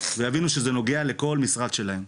ויבינו שזה נוגע לכל המשרדים שלהם,